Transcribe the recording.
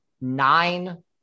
nine